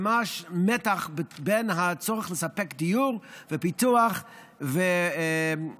ממש מתח עם הצורך לספק דיור ופיתוח וכו',